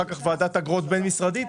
אחר כך ועדת אגרות בין משרדית.